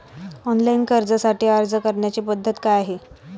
Online कर्जासाठी अर्ज करण्याची पद्धत काय आहे?